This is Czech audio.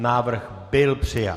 Návrh byl přijat.